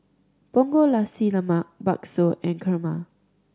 Punggol Nasi Lemak bakso and kurma